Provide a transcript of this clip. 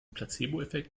placeboeffekt